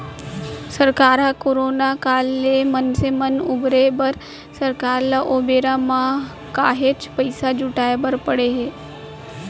सरकार ह करोना काल ले मनसे मन उबारे बर सरकार ल ओ बेरा म काहेच पइसा जुटाय बर पड़े हे